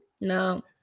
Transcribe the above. No